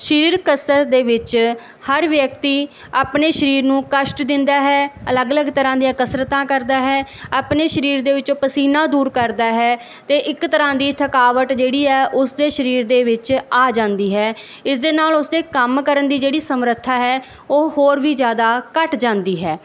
ਸਰੀਰਕ ਕਸਰਤ ਦੇ ਵਿੱਚ ਹਰ ਵਿਅਕਤੀ ਆਪਣੇ ਸਰੀਰ ਨੂੰ ਕਸ਼ਟ ਦਿੰਦਾ ਹੈ ਅਲੱਗ ਅਲੱਗ ਤਰ੍ਹਾਂ ਦੀਆਂ ਕਸਰਤਾਂ ਕਰਦਾ ਹੈ ਆਪਣੇ ਸਰੀਰ ਦੇ ਵਿੱਚੋਂ ਪਸੀਨਾ ਦੂਰ ਕਰਦਾ ਹੈ ਅਤੇ ਇੱਕ ਤਰ੍ਹਾਂ ਦੀ ਥਕਾਵਟ ਜਿਹੜੀ ਹੈ ਉਸ ਦੇ ਸਰੀਰ ਦੇ ਵਿੱਚ ਆ ਜਾਂਦੀ ਹੈ ਇਸ ਦੇ ਨਾਲ ਉਸਦੇ ਕੰਮ ਕਰਨ ਦੀ ਜਿਹੜੀ ਸਮਰੱਥਾ ਹੈ ਉਹ ਹੋਰ ਵੀ ਜ਼ਿਆਦਾ ਘੱਟ ਜਾਂਦੀ ਹੈ